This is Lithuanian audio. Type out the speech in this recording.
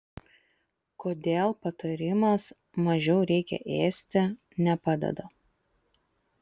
kodėl patarimas mažiau reikia ėsti nepadeda